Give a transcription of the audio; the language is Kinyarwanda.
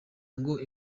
ngo